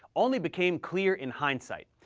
only became clear in hindsight.